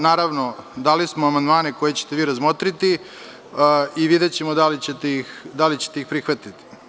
Naravno, dali smo amandmane koje ćete razmotriti i videćemo da li ćete ih prihvatiti.